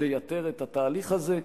לייתר את התהליך הזה.